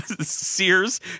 Sears